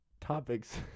topics